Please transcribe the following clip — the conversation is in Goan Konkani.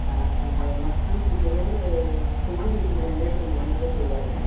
हा म्हाका सांग तुमचे कडेन खंयची खंयची ब्रँडेड कंपनी आसा शुजाची